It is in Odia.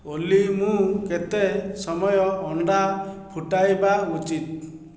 ଓଲି ମୁଁ କେତେ ସମୟ ଅଣ୍ଡା ଫୁଟାଇବା ଉଚିତ୍